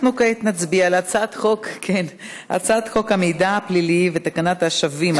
אנחנו כעת נצביע על הצעת חוק המידע הפלילי ותקנת השבים,